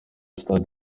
sitade